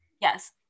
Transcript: yes